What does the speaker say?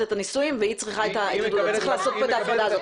את הנישואים והיא צריכה את ה צריך לעשות פה את ההפרדה הזאת.